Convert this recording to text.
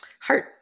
heart